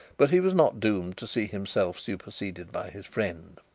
but he was not doomed to see himself superseded by his friend.